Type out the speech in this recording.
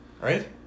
right